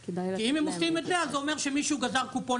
כי אם הם עושים את זה אז זה אומר שמישהו גזר קופון